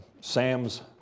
Sam's